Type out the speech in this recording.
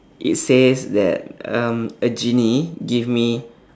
it says that um a genie give me